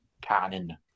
canon